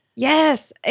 Yes